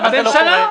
התשובה?